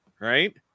Right